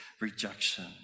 rejection